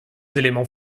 éléments